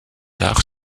arts